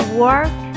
work